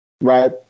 Right